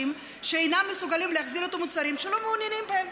שאינם מסוגלים להחזיר את המוצרים שהם לא מעוניינים בהם.